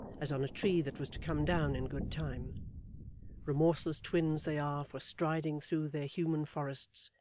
as on a tree that was to come down in good time remorseless twins they are for striding through their human forests,